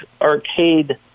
arcade